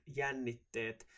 jännitteet